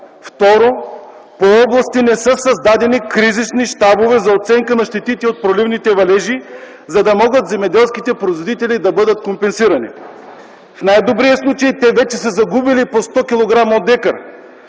Второ, по области не са създадени кризисни щабове за оценка на щетите от проливните валежи, за да могат земеделските производители да бъдат компенсирани. В най-добрия случай те вече са загубили по 100 кг от декар,